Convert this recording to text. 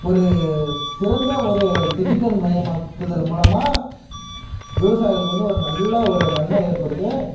ஒரு சிறந்த ஒரு டிஜிட்டல் மயமாக்குதல் மூலமாக விவசாயிகளுக்கு வந்து ஒரு நல்ல ஒரு நன்மை ஏற்படுது